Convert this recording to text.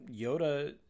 Yoda